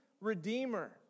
redeemer